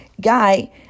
guy